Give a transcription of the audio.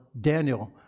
Daniel